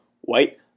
White